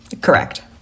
Correct